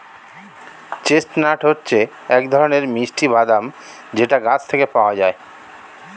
chestnut হচ্ছে এক ধরনের মিষ্টি বাদাম যেটা গাছ থেকে পাওয়া যায়